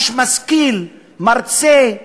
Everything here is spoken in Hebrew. איש משכיל, מרצה.